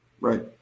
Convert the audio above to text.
Right